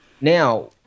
Now